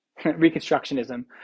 Reconstructionism